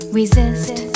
resist